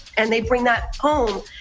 and they bring that home.